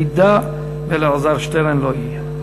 אם אלעזר שטרן לא יהיה.